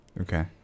Okay